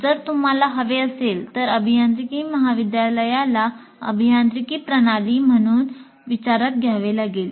जर तुम्हाला हवे असेल तर अभियांत्रिकी महाविद्यालयाला अभियांत्रिकी प्रणाली म्हणून विचारात घ्यावे लागेल